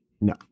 no